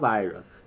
Virus